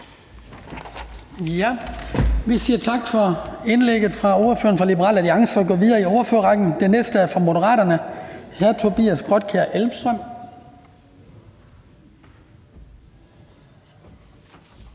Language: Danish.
Vi siger tak for indlægget til ordføreren for Liberal Alliance og går videre i ordførerrækken. Den næste er hr. Tobias Grotkjær Elmstrøm